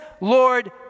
Lord